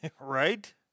Right